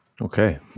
Okay